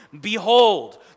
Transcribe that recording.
behold